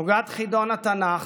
הוגת חידון התנ"ך,